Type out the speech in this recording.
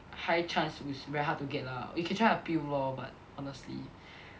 high chance is very hard to get lah you can try appeal lor but honestly